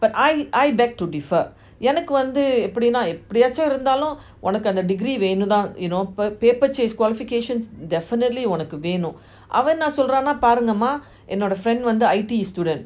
but I I beg to differ என்னக்கு வந்து எப்பிடின்னா எப்பிடியாட்சி இருந்தாலும் உன்னக்கு அந்த:ennaku vanthu epidina epidiyaachi irunthalum unnaku antha degree வேணும் தான்:venum thaan you know per paper chase qualifications definitely உன்னக்கு வேணும் அவன் என்ன சொல்றது பாருங்கம:unnaku venum avan enna solrana paarungama you know the friend வந்து:vanthu I_T_E student